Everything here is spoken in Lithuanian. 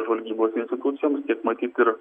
žvalgybos institucijoms tiek matyt ir